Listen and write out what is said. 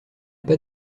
pas